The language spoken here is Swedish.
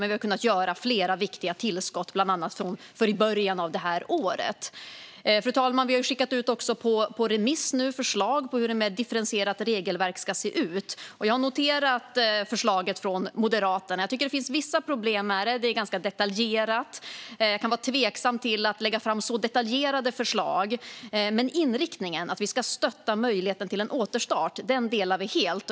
Men vi har kunnat göra flera viktiga tillskott, bland annat i början av året. Fru talman! Vi har nu också skickat ut förslag på remiss om hur ett mer differentierat regelverk ska se ut, och jag har noterat förslaget från Moderaterna. Jag tycker att det finns vissa problem med det. Det är ganska detaljerat. Jag är tveksam till att lägga fram så detaljerade förslag. Men inriktningen, att vi ska stötta möjligheten till en återstart, delar vi helt.